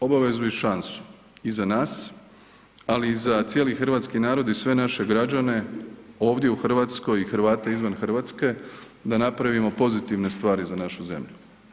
Obavezu i šansu i za nas, ali za cijeli hrvatski narod i sve naše građane, ovdje u Hrvatskoj i Hrvate izvan Hrvatske da napravimo pozitivne stvari za našu zemlju.